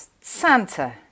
Santa